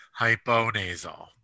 hyponasal